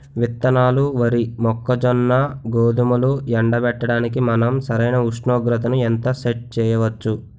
విత్తనాలు వరి, మొక్కజొన్న, గోధుమలు ఎండబెట్టడానికి మనం సరైన ఉష్ణోగ్రతను ఎంత సెట్ చేయవచ్చు?